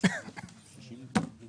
במשרד המורשת?